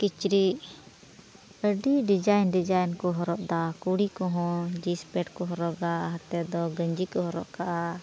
ᱠᱤᱪᱨᱤᱡ ᱟᱹᱰᱤ design design ᱠᱚ ᱦᱚᱨᱚᱜ ᱫᱟ ᱪᱩᱲᱤ ᱠᱚᱦᱚᱸ ᱡᱤᱱᱥᱯᱮᱱᱴ ᱠᱚ ᱦᱚᱨᱚᱜᱟ ᱦᱟᱱᱛᱮ ᱫᱚ ᱜᱮᱧᱡᱤ ᱠᱚ ᱦᱚᱨᱚᱜ ᱠᱟᱜᱼᱟ